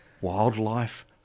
wildlife